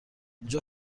اینجا